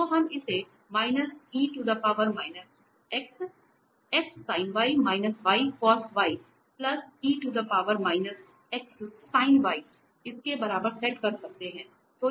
तो हम इसे इसके बराबर सेट कर सकते हैं